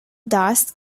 dust